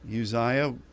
Uzziah